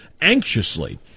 anxiously